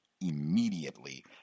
immediately